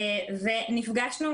ונפגשנו,